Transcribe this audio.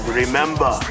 remember